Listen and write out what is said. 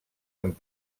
amb